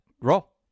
roll